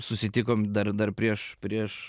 susitikom dar dar prieš prieš